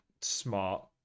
smart